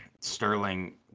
Sterling